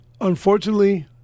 unfortunately